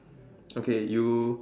okay you